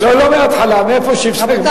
לא מההתחלה, מאיפה שהפסקת.